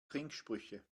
trinksprüche